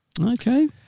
okay